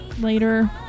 later